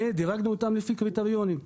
ודירגנו אותן לפי קריטריונים.